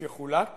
שחולט